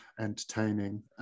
entertaining